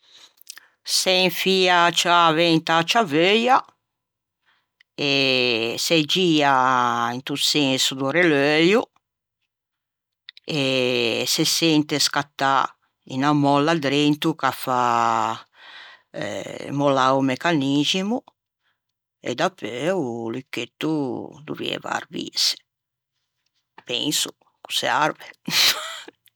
Se infia a ciave inta ciaveuia e se gia into senso do releuio e se sente scattâ unna mòlla drento cha fa mollâ o meccaniximo e dapeu o lucchetto o dovieiva arvïse, penso ch'o se arve